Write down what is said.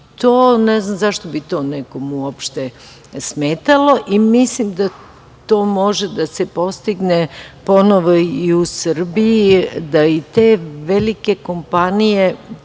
Ne znam zašto bi to nekome smetalo. Mislim da to može da se postigne ponovo i u Srbiji, da te velike kompanije